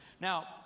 Now